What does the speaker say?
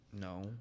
No